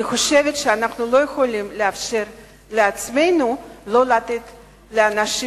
אני חושבת שאנחנו לא יכולים לאפשר לעצמנו לא לתת לאנשים